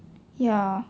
ya